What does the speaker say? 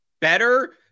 better